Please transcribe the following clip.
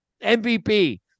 MVP